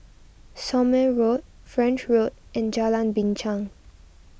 Somme Road French Road and Jalan Binchang